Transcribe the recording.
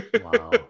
Wow